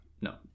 no